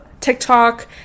TikTok